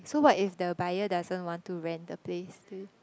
so what if the buyer doesn't want to rent the place